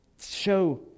show